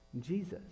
Jesus